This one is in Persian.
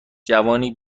جوانی